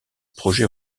projet